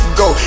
go